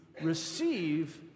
receive